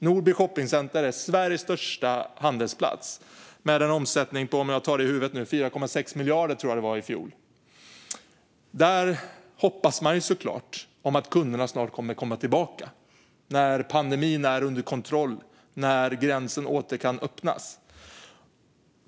Nordby Shoppingcenter är Sveriges största handelsplats, med en omsättning på, tror jag, 4,6 miljarder i fjol. Där hoppas man såklart att kunderna snart kommer tillbaka, när pandemin är under kontroll och gränsen åter kan öppnas.